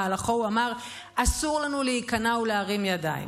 שבמהלכו הוא אמר: אסור לנו להיכנע ולהרים ידיים.